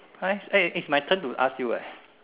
!huh! eh is my turn to ask you eh